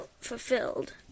fulfilled